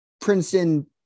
Princeton